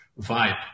vibe